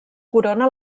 corona